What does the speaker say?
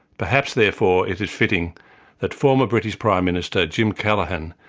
perhaps therefore it is fitting that former british prime minister, jim callaghan,